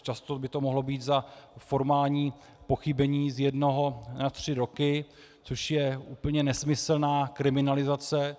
Často by to mohlo být za formální pochybení z jednoho na tři roky, což je úplně nesmyslná kriminalizace.